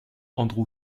andrew